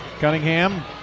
Cunningham